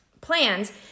plans